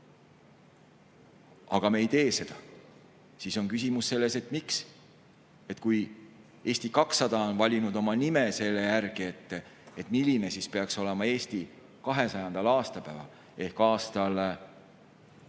Aga me ei tee seda. Siis on küsimus, miks. Kui Eesti 200 on valinud oma nime selle järgi, milline peaks olema Eesti 200. aastapäeval ehk aastal